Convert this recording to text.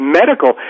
medical